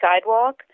sidewalk